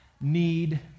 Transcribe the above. need